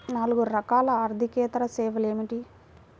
నాలుగు రకాల ఆర్థికేతర సేవలు ఏమిటీ?